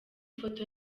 ifoto